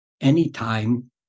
anytime